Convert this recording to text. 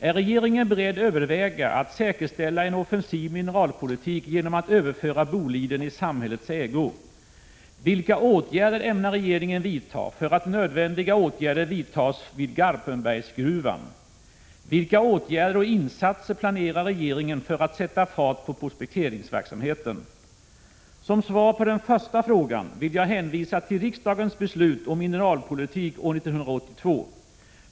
Är regeringen beredd överväga att säkerställa en offensiv mineralpolitik genom att överföra Boliden i samhällets ägo? Som svar på på den första frågan vill jag hänvisa till riksdagens beslut om mineralpolitik år 1982.